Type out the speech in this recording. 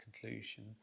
conclusion